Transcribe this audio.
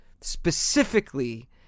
specifically